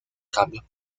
cambios